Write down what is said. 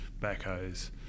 backhoes